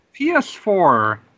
PS4